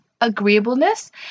agreeableness